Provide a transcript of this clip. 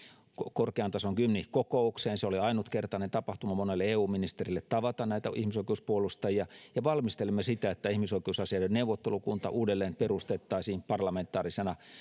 korkean tason gymnich kokoukseen se oli ainutkertainen tapahtuman monelle eu ministerille tavata näitä ihmisoikeuspuolustajia valmistelimme sitä että ihmisoikeusasioiden neuvottelukunta uudelleen perustettaisiin parlamentaarisena